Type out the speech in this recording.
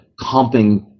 comping